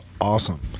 awesome